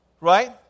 Right